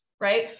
right